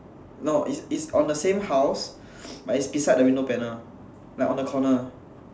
no it's it's on the same house but it's beside the window panel like on the corner